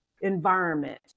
environment